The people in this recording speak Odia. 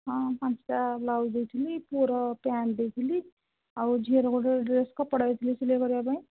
ହଁ ପାଞ୍ଚଟା ବ୍ଲାଉଜ୍ ଦେଇଥିଲି ପୁଅର ପ୍ୟାଣ୍ଟ୍ ଦେଇଥିଲି ଆଉ ଝିଅର ଗୋଟେ ଡ୍ରେସ୍ କପଡ଼ା ଦେଇଥିଲି ସିଲେଇ କରିବା ପାଇଁ